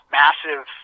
massive